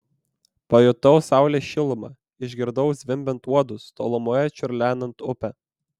pajutau saulės šilumą išgirdau zvimbiant uodus tolumoje čiurlenant upę